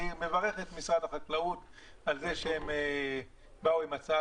אני מברך את משרד החקלאות על כך שהוא בא עם הצעה